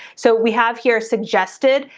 so we have here suggested,